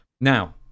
Now